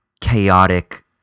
chaotic